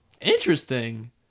Interesting